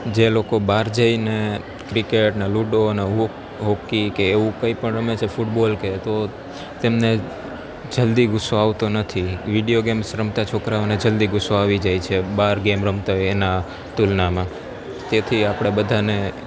જે લોકો બહાર જઈને ક્રિકેટ અને લૂડો અને હોકી કે એવું કઈ પણ રમે છે ફૂટબોલ કે તો તેમણે જલ્દી ગુસ્સો આવતો નથી વિડીયો ગેમ્સ રમતા છોકરઓને જલ્દી ગુસ્સો આવી જાય છે બાર ગેમ રમતા હોય એના તુલનામાં તેથી આપણે બધાને